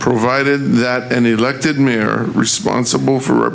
provided that any elected mayor responsible for